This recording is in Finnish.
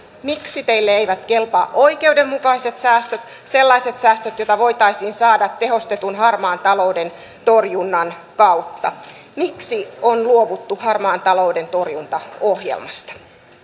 miksi teille eivät kelpaa oikeudenmukaiset säästöt sellaiset säästöt joita voitaisiin saada tehostetun harmaan talouden torjunnan kautta miksi on luovuttu harmaan talouden torjuntaohjelmasta